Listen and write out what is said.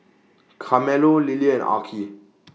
Carmelo Lelia and Arkie